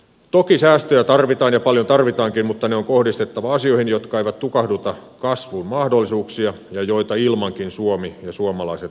toki säästöjä tarvitaan ja paljon tarvitaankin mutta ne on kohdistettava asioihin jotka eivät tukahduta kasvun mahdollisuuksia ja joita ilmankin suomi ja suomalaiset tulevat toimeen